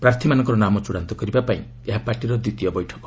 ପ୍ରାର୍ଥୀମାନଙ୍କର ନାମ ଚୃଡ଼ାନ୍ତ କରିବା ପାଇଁ ଏହା ପାର୍ଟିର ଦ୍ୱିତୀୟ ବୈଠକ